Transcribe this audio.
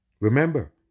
Remember